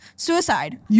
Suicide